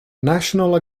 national